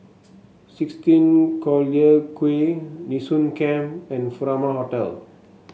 sixteen Collyer Quay Nee Soon Camp and Furama Hotel